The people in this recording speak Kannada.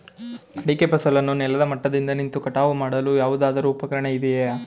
ಅಡಿಕೆ ಫಸಲನ್ನು ನೆಲದ ಮಟ್ಟದಿಂದ ನಿಂತು ಕಟಾವು ಮಾಡಲು ಯಾವುದಾದರು ಉಪಕರಣ ಇದೆಯಾ?